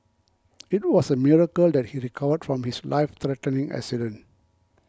it was a miracle that he recovered from his life threatening accident